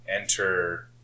enter